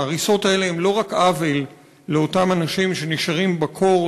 ההריסות האלה הן לא רק עוול לאותם אנשים שנשארים בקור,